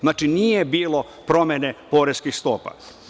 Znači, nije bilo promene poreskih stopa.